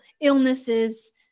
illnesses